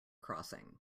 crossing